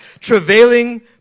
Travailing